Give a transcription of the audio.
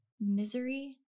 misery